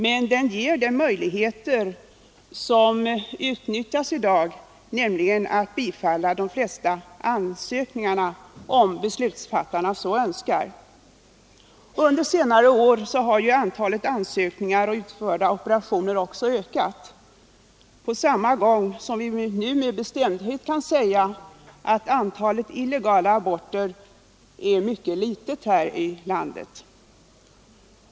Men den ger den möjlighet som utnyttjas i dag, nämligen att bifalla de flesta ansökningarna om beslutsfattarna så önskar. Under senare år har ju antalet ansökningar och utförda operationer ökat, och vi kan också nu med bestämdhet säga att antalet illegala aborter är mycket litet här i landet.